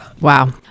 wow